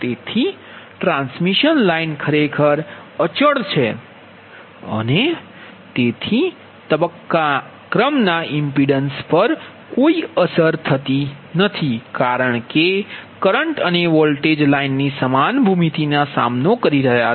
તેથી transmission line ખરેખર સ્થિર છે અને તેથી તબક્કા ક્રમના ઇમ્પિડન્સ પર કોઈ અસર થતી નથી કારણ કે કરંટ અને વોલ્ટેજ લાઇનની સમાન ભૂમિતિનો સામનો કરે છે